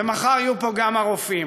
ומחר יהיו פה גם הרופאים.